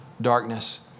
darkness